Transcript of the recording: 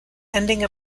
ending